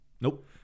Nope